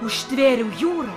užtvėrėm jūra